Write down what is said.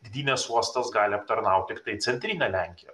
gdynės uostas gali aptarnaut tiktai centrinę lenkiją